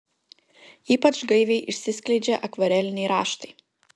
ypač gaiviai išsiskleidžia akvareliniai raštai